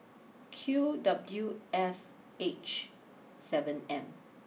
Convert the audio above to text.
Q W F H seven M